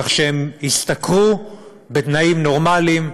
כך שהם יעבדו בתנאים נורמליים,